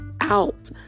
out